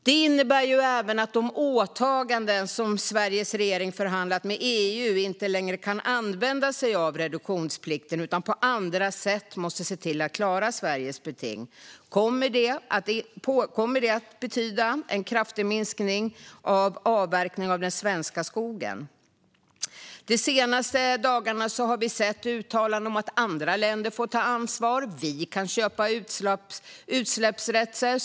Det innebär även att de åtaganden som Sveriges regering förhandlat med EU om inte längre kan använda sig av reduktionsplikten utan på andra sätt måste se till att klara Sveriges beting. Kommer det att betyda en kraftigt minskad avverkning av den svenska skogen? De senaste dagarna har vi sett uttalanden om att andra länder får ta ansvar och att vi kan köpa utsläppsrätter.